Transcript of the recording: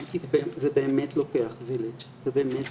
כי זה באמת לוקח את כולם.